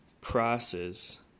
crosses